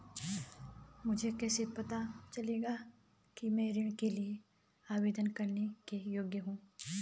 मुझे कैसे पता चलेगा कि मैं ऋण के लिए आवेदन करने के योग्य हूँ?